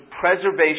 preservation